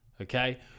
okay